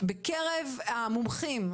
בקרב המומחים,